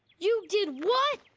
you did what?